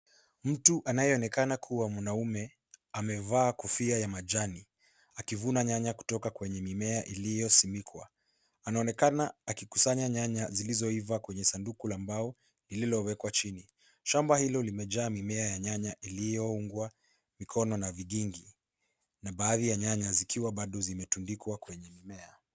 Mtu anayeonekana kuwa mwanaume amevaa kofia ya majani akivuna nyanya kutoka kwenye mimea iliyosimikwa. Anaonekana akikusanya nyanya zilizoiva kwenye sanduku la mbao lililowekwa chini. Shamba hilo limejaa mimea ya nyanya iliyoungwa mikono na vigingi na baadhi ya nyanya zikiwa bado zimetundikwa kwenye mmea.